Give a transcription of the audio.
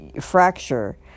fracture